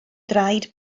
draed